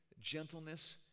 gentleness